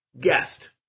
guest